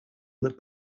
that